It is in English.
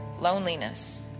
loneliness